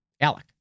Alec